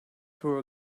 through